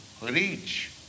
reach